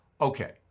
Okay